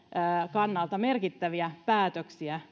kannalta merkittäviä päätöksiä